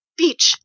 beach